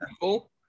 Cool